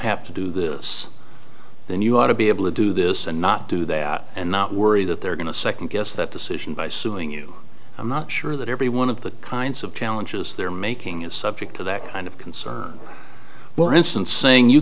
have to do this then you ought to be able to do this and not do that and not worry that they're going to second guess that decision by suing you i'm not sure that every one of the kinds of challenges they're making is subject to that kind of concern well instance saying you